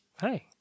hey